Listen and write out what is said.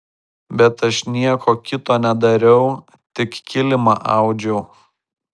bet aš nieko kito nedariau tik kilimą audžiau